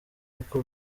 uko